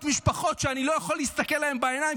משפחות שאני לא יכול להסתכל להן בעיניים,